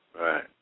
Right